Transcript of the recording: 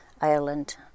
Ireland